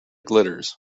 glitters